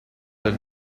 del